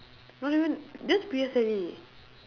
not even just P_S_L_E